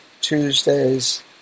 Tuesdays